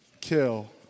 kill